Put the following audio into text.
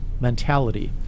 mentality